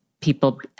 people